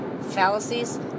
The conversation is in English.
fallacies